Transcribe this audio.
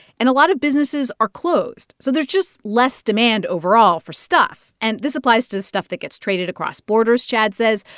and a lot of businesses are closed, so there's just less demand overall for stuff. and this applies to stuff that gets traded across borders, chad says.